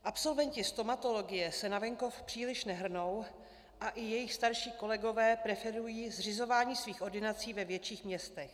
Absolventi stomatologie se na venkov příliš nehrnou a i jejich starší kolegové preferují zřizování svých ordinací ve větších městech.